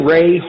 Ray